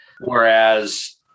Whereas